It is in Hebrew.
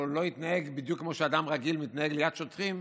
או לא התנהג בדיוק כמו שאדם רגיל מתנהג ליד שוטרים,